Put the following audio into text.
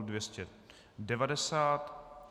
290.